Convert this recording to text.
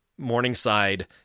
Morningside